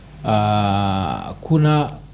kuna